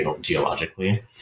geologically